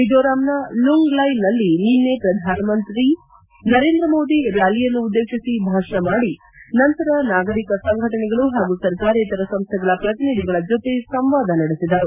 ಮಿಜೋರಾಂನ ಲುಂಗ್ಲೈ ನಲ್ಲಿ ನಿನ್ನೆ ಪ್ರಧಾನ ಮಂತ್ರಿ ನರೇಂದ್ರ ಮೋದಿ ರ್ಯಾಲಿಯನ್ನು ಉದ್ದೇಶಿಸಿ ಭಾಷಣ ಮಾಡಿ ನಂತರ ನಾಗರಿಕ ಸಂಘಟನೆಗಳು ಹಾಗೂ ಸರ್ಕಾರೇತರ ಸಂಸ್ವೆಗಳ ಪ್ರತಿನಿಧಿಗಳ ಜೊತೆ ಸಂವಾದ ನಡೆಸಿದರು